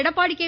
Edappadi K